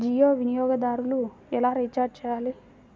జియో వినియోగదారులు ఎలా రీఛార్జ్ చేయాలి?